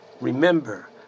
remember